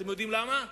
אתם יודעים למה?